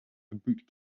boot